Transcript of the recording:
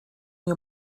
nie